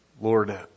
Lord